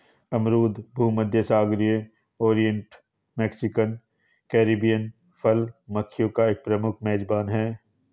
अमरूद भूमध्यसागरीय, oriental, Mexican और कैरिबियन फल मक्खियों का एक प्रमुख मेजबान है